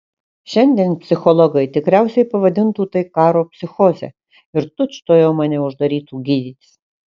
šiandien psichologai tikriausiai pavadintų tai karo psichoze ir tučtuojau mane uždarytų gydytis